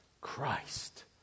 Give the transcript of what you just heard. Christ